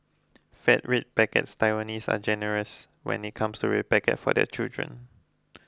fat red packets Taiwanese are generous when it comes to red packet for their children